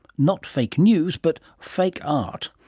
not fake news but fake art.